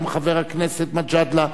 גם חבר הכנסת מג'אדלה,